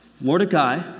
Mordecai